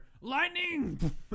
lightning